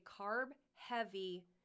carb-heavy